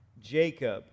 Jacob